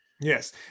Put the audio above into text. Yes